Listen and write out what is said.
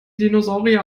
dinosaurier